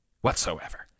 whatsoever